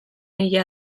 hila